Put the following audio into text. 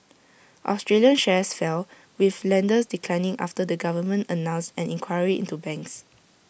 Australian shares fell with lenders declining after the government announced an inquiry into banks